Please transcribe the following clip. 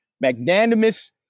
magnanimous